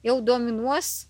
jau dominuos